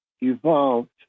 evolved